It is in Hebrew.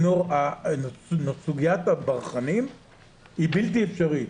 סוגיית הברחנים היא בלתי אפשרית.